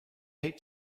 hate